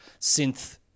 synth